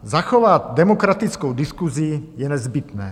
Zachovat demokratickou diskusi je nezbytné.